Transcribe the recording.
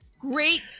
Great